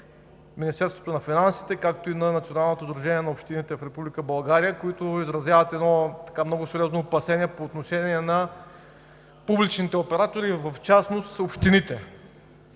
Министерството на финансите, както и на Националното Сдружение на общините в Република България, които изразяват едно много сериозно опасение по отношение на публичните оператори – в частност общините